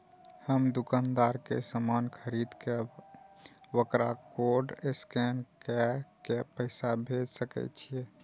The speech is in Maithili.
हम दुकानदार के समान खरीद के वकरा कोड स्कैन काय के पैसा भेज सके छिए?